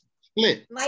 split